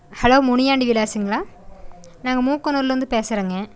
hello Muniyandi விலாஸுங்களா நாங்கள் மூக்கனூர்லருந்து பேசுறேங்க